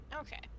Okay